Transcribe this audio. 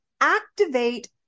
activate